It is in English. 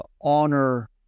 honor